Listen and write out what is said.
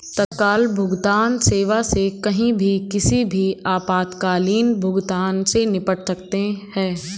तत्काल भुगतान सेवा से कहीं भी किसी भी आपातकालीन भुगतान से निपट सकते है